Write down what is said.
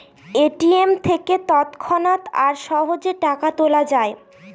ATM থেকে তৎক্ষণাৎ আর সহজে টাকা তোলা যায়